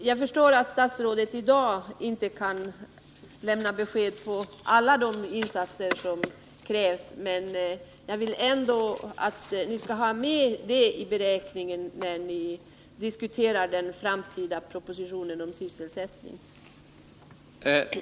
Jag förstår att statsrådet i dag inte kan lämna besked när det gäller alla de insatser som krävs, men jag vill att arbetsmarknadsministern skall ha detta med i beräkningen när den framtida propositionen om sysselsättning diskuteras.